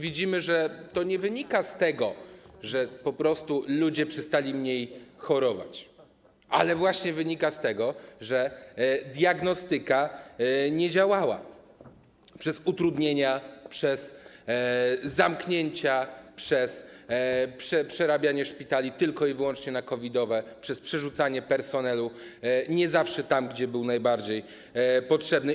Widzimy, że to nie wynika z tego, że ludzie przestali mniej chorować, ale to wynika z tego, że diagnostyka nie działała - przez utrudnienia, przez zamknięcia, przez przerabianie szpitali tylko i wyłącznie na COVID-owe, przez przerzucanie personelu nie zawsze tam, gdzie był najbardziej potrzebny.